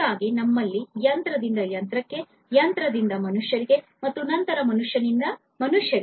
ಹೀಗಾಗಿ ನಮ್ಮಲ್ಲಿ ಯಂತ್ರದಿಂದ ಯಂತ್ರ ಯಂತ್ರದಿಂದ ಮನುಷ್ಯ ಮತ್ತು ನಂತರ ಮಾನವನಿಂದ ಮಾನವ